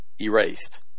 erased